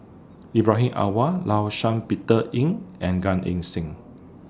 Ibrahim Awang law Peter Eng and Gan Eng Seng